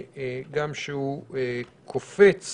גם שהוא קופץ